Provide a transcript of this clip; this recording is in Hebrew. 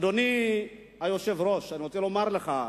אדוני היושב-ראש, אני רוצה לומר לך,